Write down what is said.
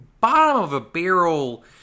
bottom-of-a-barrel